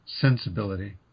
sensibility